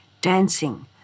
dancing